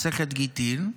מסכת גיטין,